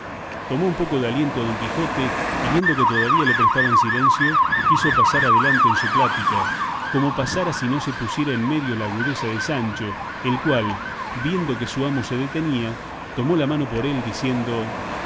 tomó un poco de aliento don quijote y viendo que todavía le prestaban silencio quiso pasar adelante en su plática como pasara ni no se pusiere en medio la agudeza de sancho el cual viendo que su amo se detenía tomó la mano por él diciendo